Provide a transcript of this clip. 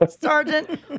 Sergeant